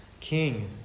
king